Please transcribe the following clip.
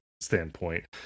standpoint